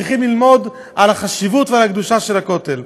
אנחנו צריכים ללמוד על החשיבות ועל הקדושה של הכותל.